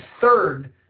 third